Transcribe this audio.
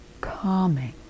calming